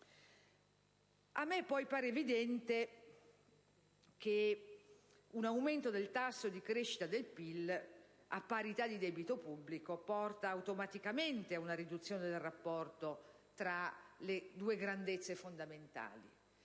A me poi pare evidente che un aumento del tasso di crescita del PIL, a parità di debito pubblico, porti automaticamente ad una riduzione del rapporto tra le due grandezze fondamentali,